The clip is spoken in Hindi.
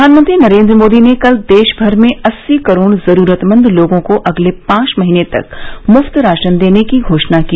प्रधानमंत्री नरेन्द्र मोदी ने कल देशभर में अस्सी करोड जरूरतमंद लोगों को अगले पांच महीने तक मुफ्त राशन देने की घोषणा की